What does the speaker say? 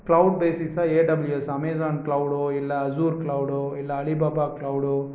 cloud பேசிஸ்ஸாக AWS Amazon க்ளௌடோ இல்லை அஸுர் க்ளௌடோ இல்லை அலிபாபா க்ளௌடோ